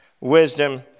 wisdom